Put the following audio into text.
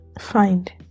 find